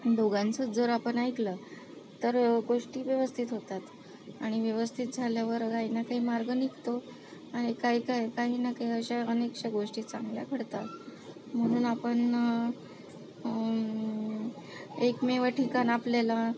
दोघांचंच जर आपण ऐकलं तर गोष्टी व्यवस्थित होतात आणि व्यवस्थित झाल्यावर काही ना काही मार्ग निघतो आणि काही काही काही ना काही अशा अनेकशा गोष्टी चांगल्या घडतात म्हणून आपण एकमेव ठिकाण आपल्याला